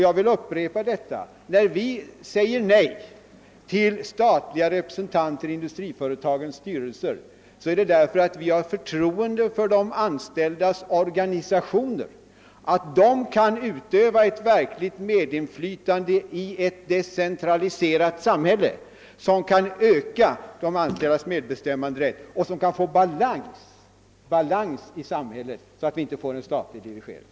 Jag vill upprepa att när vi säger nej till statliga representanter i industriföretagens styrelser är det därför att vi har förtroende för de anställdas organisationer och menar att de kan utöva ett verkligt medinflytande i ett decentraliserat samhälle. I ett sådant samhälle kan de anställdas medbestämmanderätt öka och kan det skapas balans i samhället så att vi undgår en statlig dirigering.